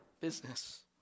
business